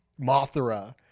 Mothra